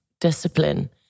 discipline